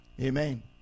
Amen